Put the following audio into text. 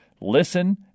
listen